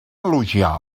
elogiar